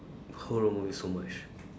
horror movies so much